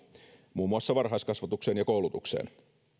muun muassa varhaiskasvatukseen ja koulutukseen